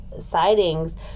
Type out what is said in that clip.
sightings